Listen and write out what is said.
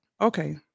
okay